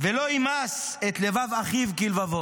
ולא יִמס את לבב אחיו כלבבו".